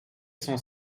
sans